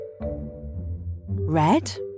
Red